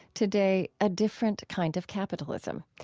today, a different kind of capitalism.